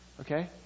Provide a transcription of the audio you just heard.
Okay